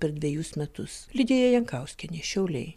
per dvejus metus lidija jankauskienė šiauliai